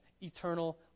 eternal